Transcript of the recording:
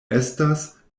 estas